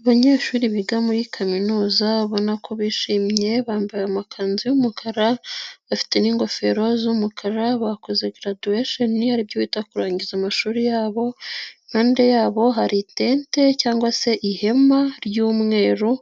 Abanyeshuri biga muri kaminuza babona ko bishimye bambaye amakanzu y'umukara bafite n'ingofero z'umukara bakoze garaduwesheni aribyo bita kurangiza amashuri yabo impande yabo hari itente cyangwa se ihema ry'umweru